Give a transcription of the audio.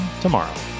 tomorrow